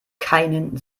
keinen